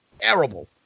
terrible